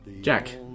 Jack